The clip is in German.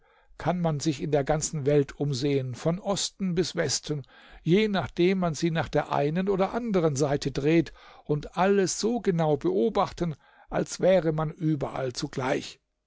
kann man sich in der ganzen welt umsehen von osten bis westen je nachdem man sie nach der einen oder der anderen seite dreht und alles so genau beobachten als wäre man überall zugleich